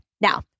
Now